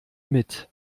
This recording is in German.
mit